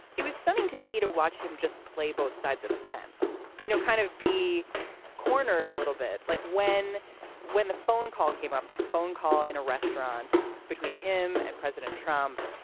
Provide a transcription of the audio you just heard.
it was stunning to me to watch him just play both sides of the fence, you know, kind of be cornered a little bit like when when the phone call came up, this phone call in a restaurant between him and president trump.